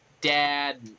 Dad